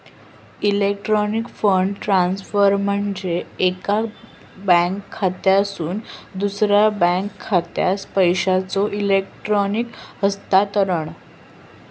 electronic fund transfer म्हणजे एका bank खात्यातसून दुसरा बँक खात्यात पैशांचो इलेक्ट्रॉनिक हस्तांतरण